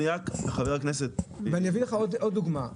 אני אביא לך עוד דוגמא,